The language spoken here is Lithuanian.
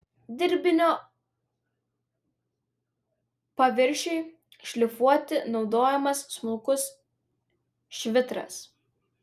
dirbinio paviršiui šlifuoti naudojamas smulkus švitras